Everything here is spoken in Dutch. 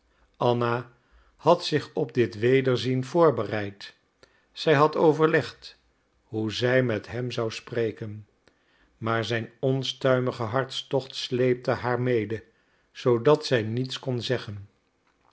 anna had zich op dit wederzien voorbereid zij had overlegd hoe zij met hem zou spreken maar zijn onstuimige hartstocht sleepte haar mede zoodat zij niets kon zeggen